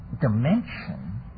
dimension